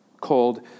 called